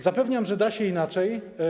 Zapewniam, że da się inaczej.